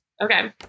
Okay